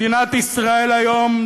מדינת ישראל היום,